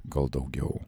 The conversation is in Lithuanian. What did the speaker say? gal daugiau